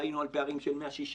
היינו על פערים של 167,